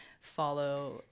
follow